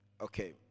Okay